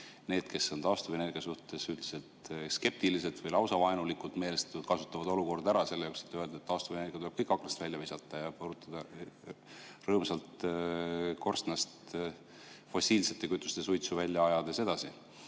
need, kes on taastuvenergia suhtes üldiselt skeptiliselt või lausa vaenulikult meelestatud, kasutavad olukorda ära selle jaoks, et öelda, et taastuvenergia tuleb kõik aknast välja visata ja põrutada rõõmsalt korstnast fossiilsete kütuste suitsu välja ajades edasi.